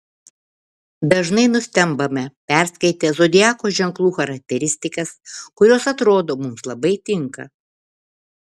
dažnai nustembame perskaitę zodiako ženklų charakteristikas kurios atrodo mums labai tinka